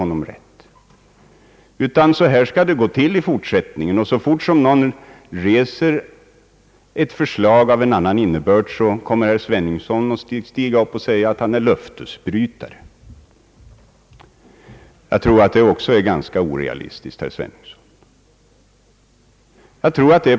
Han menar alltså att den som i fortsättningen föreslår något av annan innebörd än ett tidigare beslut, den är löftesbrytare. Det är också ganska orealistiskt, herr Sveningsson.